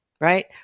right